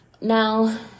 Now